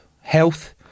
health